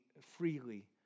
freely